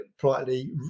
politely